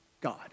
God